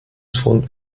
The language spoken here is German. von